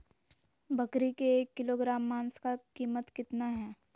बकरी के एक किलोग्राम मांस का कीमत कितना है?